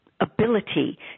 ability